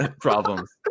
problems